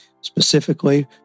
specifically